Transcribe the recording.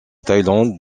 thaïlande